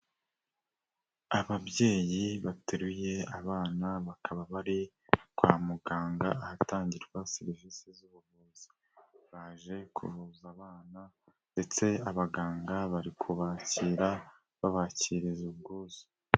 Ababyeyi bateruye abana bakaba bari kwa muganga ahatangirwa serivisi z'ubuvuzi. Baje kuvuza abana ndetse abaganga bari kubakira babakirina ubwuzu.